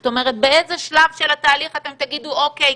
זאת אומרת באיזה שלב של התהליך אתם תגידו אוקיי,